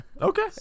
Okay